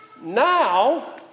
Now